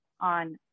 on